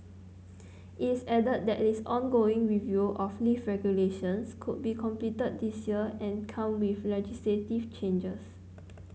it's added that its ongoing review of lift regulations could be completed this year and come with legislative changes